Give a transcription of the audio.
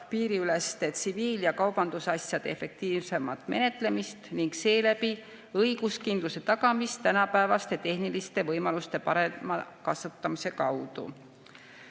piiriüleste tsiviil‑ ja kaubandusasjade efektiivsemat menetlemist ning seeläbi õiguskindluse tagamist tänapäevaste tehniliste võimaluste parema kasutamise kaudu.